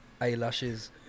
Eyelashes